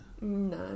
No